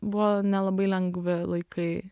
buvo nelabai lengvi laikai